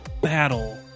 battle